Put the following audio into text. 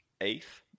eighth